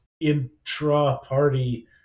intra-party